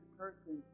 person